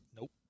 Nope